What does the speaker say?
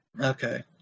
Okay